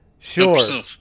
Sure